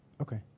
Okay